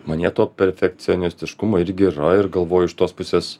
manyje to perfekcionistiškumo irgi yra ir galvoju iš tos pusės